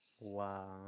Wow